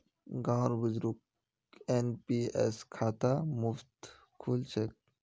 गांउर बुजुर्गक एन.पी.एस खाता मुफ्तत खुल छेक